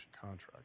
contract